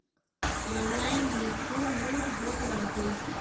online भी खूब लूट होत बाटे